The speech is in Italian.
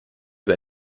per